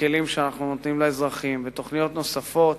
לכלים שאנחנו נותנים לאזרחים, ותוכניות נוספות